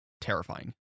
terrifying